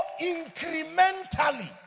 incrementally